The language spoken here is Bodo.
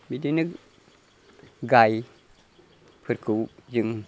बिदिनो गाय फोरखौ जों